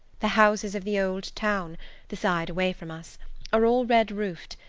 the houses of the old town the side away from us are all red-roofed,